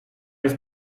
jest